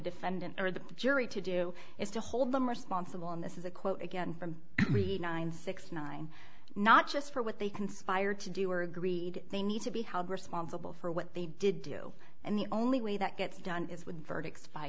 defendant or the jury to do is to hold them responsible and this is a quote again from me and six nine not just for what they conspired to do or agreed they need to be held responsible for what they did do and the only way that gets done is with verdicts by